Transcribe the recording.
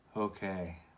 Okay